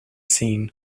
scene